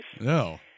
No